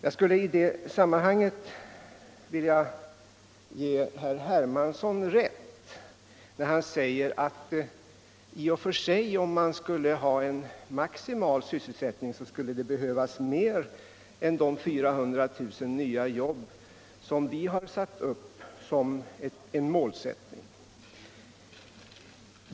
Jag skulle i sammanhanget vilja ge herr Hermansson rätt, när han säger att om man skulle ha en maximal sysselsättning, skulle det behövas mer än de 400 000 nya jobb som vi har satt upp. som ett mål.